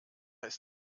ist